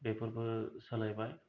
बेफोरबो सोलायबाय